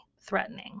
threatening